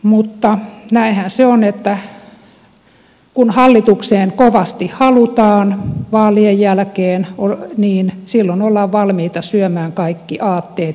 mutta näinhän se on että kun hallitukseen kovasti halutaan vaalien jälkeen niin silloin ollaan valmiita syömään kaikki aatteet ja periaatteet